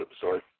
sorry